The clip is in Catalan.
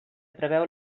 preveu